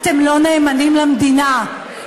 אתם לא נאמנים למדינה,